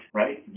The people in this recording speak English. right